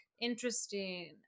Interesting